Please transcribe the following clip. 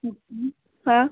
હમ હા